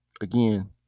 again